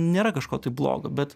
nėra kažko tai blogo bet